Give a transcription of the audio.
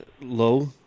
Low